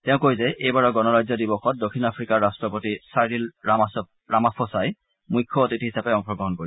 তেওঁ কয় যে এইবাৰৰ গণৰাজ্য দিৱসত দক্ষিণ আফ্ৰিকাৰ ৰাষ্ট্ৰপতি ছাইৰিল ৰামাফ ছাই মুখ্য অতিথি হিচাপে অংশগ্ৰহণ কৰিব